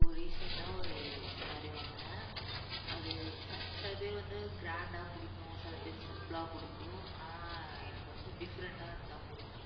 இப்போது ரீசென்டாக ஒரு சாரீ வாங்கினேன் அது ச சில பேர் வந்து க்ராண்டாக பிடிக்கும் சில பேர் சிம்ப்ளாக பிடிக்கும் ஆனால் எனக்கு வந்து டிஃப்ரெண்ட்டாக இருந்தால் பிடிக்கும்